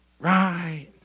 Right